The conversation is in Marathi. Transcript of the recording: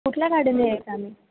कुठल्या गाडीने यायचं आम्ही